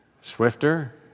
swifter